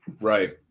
Right